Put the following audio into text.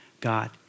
God